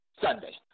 Sunday